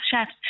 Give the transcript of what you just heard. chefs